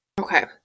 Okay